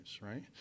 right